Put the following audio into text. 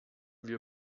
wir